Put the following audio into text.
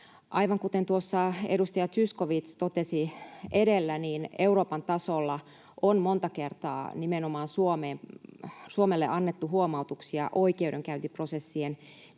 Aivan kuten tuossa edustaja Zyskowicz totesi edellä, Euroopan tasolla on monta kertaa nimenomaan Suomelle annettu huomautuksia oikeudenkäyntiprosessien pituuksista